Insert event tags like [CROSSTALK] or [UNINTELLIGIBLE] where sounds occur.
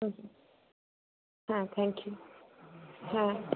[UNINTELLIGIBLE] হ্যাঁ thank you হ্যাঁ